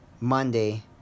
Monday